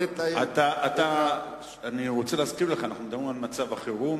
אתה מדבר אתי בתור רב?